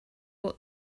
ought